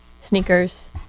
sneakers